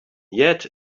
yet